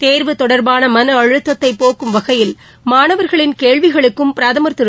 தேர்வு தொடர்பான மன அழுத்தத்தைப் போக்கும் வகையில் மாணவர்களின் கேள்விகளுக்கும் பிரதமர் திரு